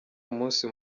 umunsi